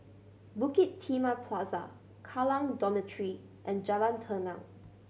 Bukit Timah Plaza Kallang Dormitory and Jalan Tenang